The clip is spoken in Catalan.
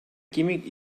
químic